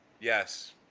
yes